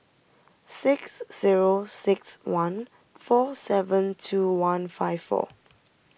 six zero six one four seven two one five four